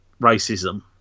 racism